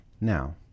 now